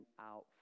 out